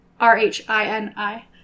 R-H-I-N-I